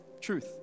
truth